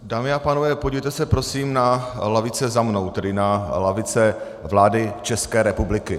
Dámy a pánové, podívejte se, prosím, na lavice za mnou, tedy na lavice vlády České republiky.